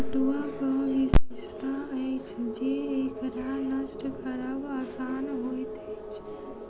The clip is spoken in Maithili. पटुआक विशेषता अछि जे एकरा नष्ट करब आसान होइत अछि